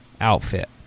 outfit